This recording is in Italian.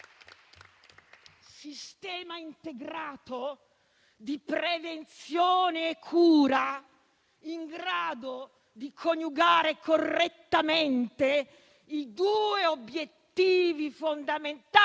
sistema integrato di prevenzione e cura in grado di coniugare correttamente i due obiettivi fondamentali